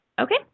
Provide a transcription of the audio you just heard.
Okay